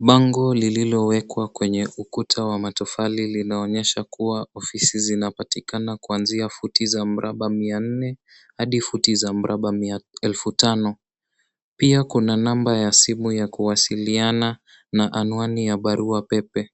Bango lililowekwa kwenye ukuta wa matofali linaonyesha kua ofisi zinapatikana kuanzia futi za mraba mia nne hadi futi za mraba elfu tano. Pia kuna namba ya simu ya kuwasiliana na anwani ya barua pepe.